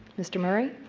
mr. murray?